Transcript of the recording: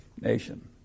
nation